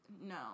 No